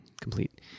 Complete